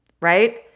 right